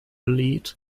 lead